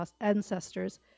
ancestors